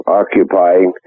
occupying